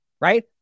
right